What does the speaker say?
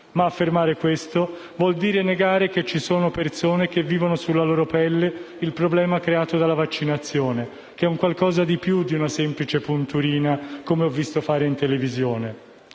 Ma affermare questo vuol dire negare che ci sono persone che vivono sulla loro pelle il problema creato dalla vaccinazione, che è un qualcosa in più di una semplice punturina, come ho visto fare in televisione.